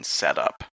setup